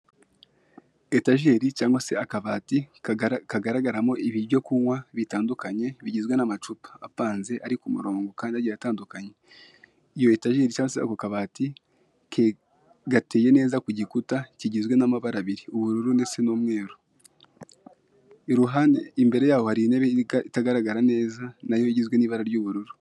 Etajeri cyangwa se akabati kagaragaramo ibyo kunywa bitandukanye bigizwe n'amacupa apanze ari ku murongo kandi agiye atandukanye. Iyo etajeri cyangwa se ako kabati gateye neza ku gikuta kigizwe n'amabara abiri, ubururu ndetse n'umweru. Imbere yaho hari intebe itagaragara neza nayo igizwe n'ibara ry'ubururu.